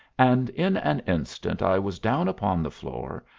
and in an instant i was down upon the floor,